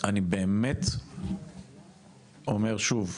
אני באמת אומר שוב,